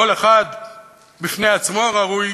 כל אחד בפני עצמו ראוי